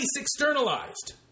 externalized